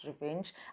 revenge